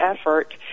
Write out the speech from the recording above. effort